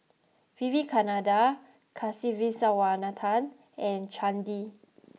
Vivekananda Kasiviswanathan and Chandi